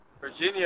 Virginia